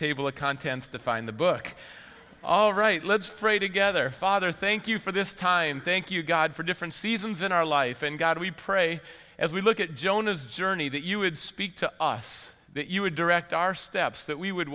table of contents to find the book all right let's pray together father thank you for this time thank you god for different seasons in our life and god we pray as we look at jonas journey that you would speak to us that you would direct our steps that we would